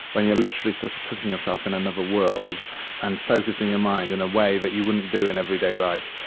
when you're literally sort of putting yourself in another world and focussing your mind in a way that you wouldn't do in everyday life.